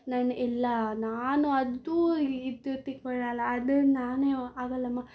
ನಾನು ಇಲ್ಲ ನಾನು ಅದು ಇದು ತೆಕ್ಕೊಡಲ್ಲ ಅದು ನಾನೇ ಆಗಲ್ಲಮ್ಮ